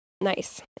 nice